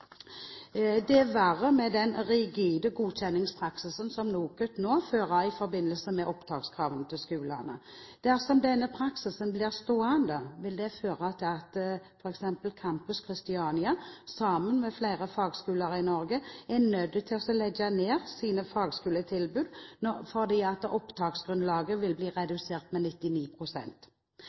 er verre med den rigide godkjenningspraksisen som NOKUT nå fører i forbindelse med opptakskravene til skolene. Dersom denne praksisen blir stående, vil det føre til at f.eks. Campus Kristiania, sammen med flere fagskoler i Norge, er nødt til å legge ned sine fagskoletilbud, fordi opptaksgrunnlaget vil bli redusert med